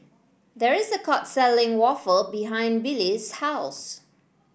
there is a court selling waffle behind Billye's house